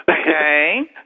Okay